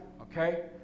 okay